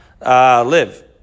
live